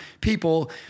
people